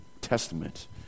Testament